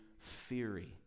theory